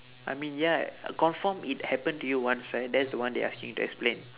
I mean ya confirm it happen to you once right that is the one they asking you to explain